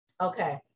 Okay